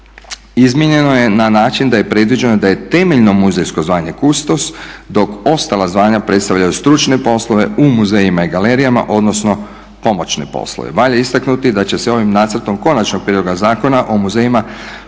izmijenjeno je na način da je predviđeno da je temeljno muzejsko zvanje kustos dok ostala zvanja predstavljaju stručne poslove u muzejima i galerijama, odnosno pomoćne poslove. Valja istaknuti da će se ovim nacrtom konačnog prijedloga Zakona o muzejima